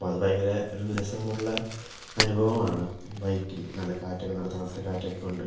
അപ്പോൾ അത് ഭയങ്കര ഒരു രസമുള്ള അനുഭവമാണ് ബൈക്കിൽ നല്ല കാറ്റൊക്കെ നല്ല തണുത്ത കാറ്റൊക്കെ കൊണ്ട്